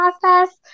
process